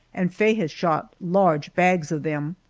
and faye has shot large bags of them.